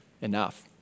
enough